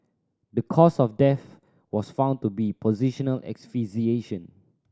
the cause of death was found to be positional asphyxiation